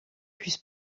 plus